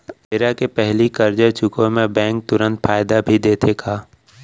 बेरा के पहिली करजा चुकोय म बैंक तुरंत फायदा भी देथे का?